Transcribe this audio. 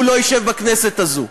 הוא לא ישב בכנסת הזאת.